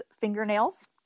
fingernails